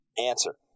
answer